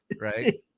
right